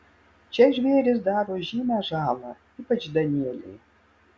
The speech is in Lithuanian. čia žvėrys daro žymią žalą ypač danieliai